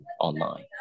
online